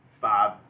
five